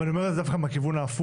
ואני אומר את זה דווקא מהכיוון ההפוך,